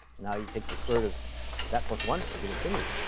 now you take the square root of that plus one you get infinity.